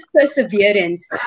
perseverance